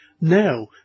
Now